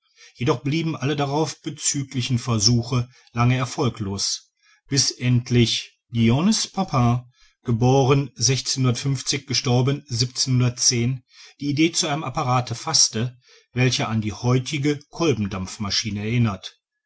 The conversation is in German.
jedoch blieben alle darauf bezüglichen versuche lange erfolglos bis endlich dionys papin geboren die idee zu einem apparate faßte welcher an die heutige kolbendampfmaschine erinnert